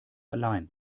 allein